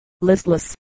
listless